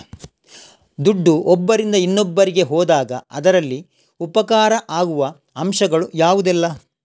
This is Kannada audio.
ದುಡ್ಡು ಒಬ್ಬರಿಂದ ಇನ್ನೊಬ್ಬರಿಗೆ ಹೋದಾಗ ಅದರಲ್ಲಿ ಉಪಕಾರ ಆಗುವ ಅಂಶಗಳು ಯಾವುದೆಲ್ಲ?